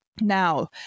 Now